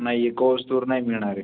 नाही एका वस्तूवर नाही मिळणार आहे